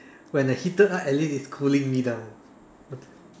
when the heated up at least it's cooling me down